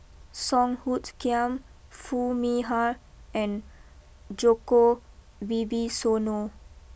Song Hoot Kiam Foo Mee Har and Djoko Wibisono